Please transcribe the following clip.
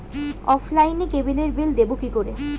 অফলাইনে ক্যাবলের বিল দেবো কি করে?